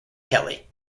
kelly